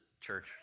church